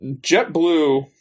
JetBlue